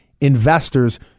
investors